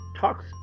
talks